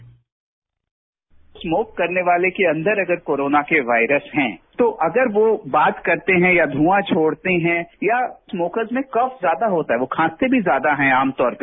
sound bite smoke करने वाले के अंदर अगर कोरोना के वायरस हैं तो अगर वो बात करते हैं या ध्रआं छोड़ते हैं या स्मोकर्स में कफ ज्यादा होता है वो खांसते भी ज्यादा हैं आमतौर पर